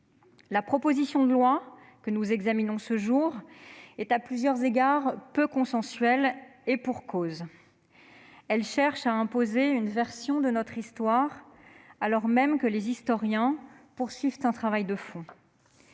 La proposition de loi que nous examinons ce jour est à plusieurs égards peu consensuelle- et pour cause ! Elle cherche à imposer une version de notre histoire, alors même que les historiens poursuivent un travail de fond.